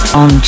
on